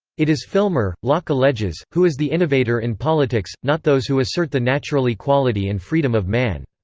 it is filmer, locke alleges, who is the innovator in politics, not those who assert the natural equality and freedom of man.